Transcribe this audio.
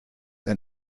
ein